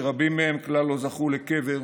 שרבים מהם כלל לא זכו לקבר,